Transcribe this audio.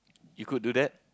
you could do that